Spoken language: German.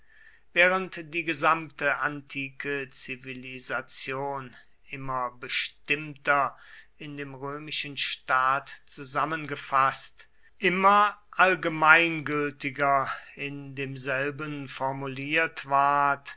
während die gesamte antike zivilisation immer bestimmter in dem römischen staat zusammengefaßt immer altgemeingültiger in demselben formuliert ward